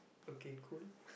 okay cool